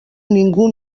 ningú